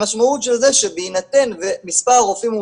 המשמעות של זה שבהינתן שמספר הרופאים הוא